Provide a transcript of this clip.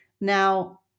Now